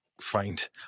find